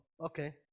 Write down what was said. okay